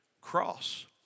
cross